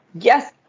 Yes